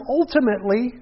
ultimately